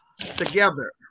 together